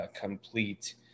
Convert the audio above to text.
complete